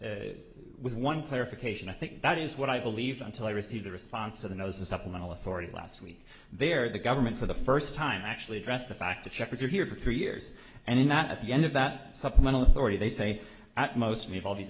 is with one clarification i think that is what i believe until i received a response to the nose a supplemental authority last week there the government for the first time actually addressed the fact that shepherds are here for three years and in that at the end of that supplemental authority they say at most we have all these